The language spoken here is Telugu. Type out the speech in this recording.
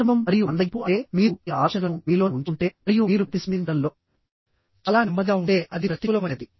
అంతర్ముఖం మరియు మందగింపు అంటే మీరు మీ ఆలోచనలను మీలోనే ఉంచుకుంటే మరియు మీరు ప్రతిస్పందించడంలో చాలా నెమ్మదిగా ఉంటే అది ప్రతికూలమైనది